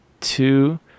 two